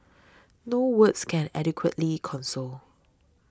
no words can adequately console